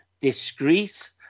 discreet